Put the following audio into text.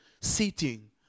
sitting